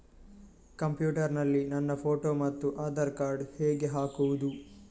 Computer ನಲ್ಲಿ ನನ್ನ photo ಮತ್ತು ಆಧಾರ್ ಕಾರ್ಡ್ ಹೇಗೆ ಹಾಕುವುದು?